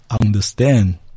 Understand